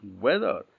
weather